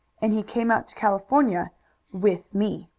and he came out to california with me.